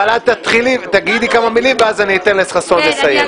אבל את תגידי כמה מילים ואז אני אתן לחסון לסיים,